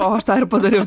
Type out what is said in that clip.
o aš tą ir padariau